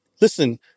Listen